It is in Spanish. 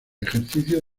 ejercicio